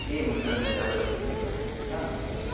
ए हुन्छ हुन्छ तपाईँलाई कन्ट्याक्ट गर्छु नि ल हुन्छ हुन्छ